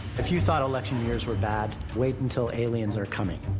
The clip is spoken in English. if you thought election years were bad, wait until aliens are coming.